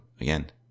Again